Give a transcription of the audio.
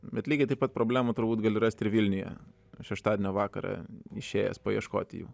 bet lygiai taip pat problemų turbūt gali rasti ir vilniuje šeštadienio vakarą išėjęs paieškoti jų